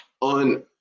on